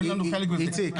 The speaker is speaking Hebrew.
איציק,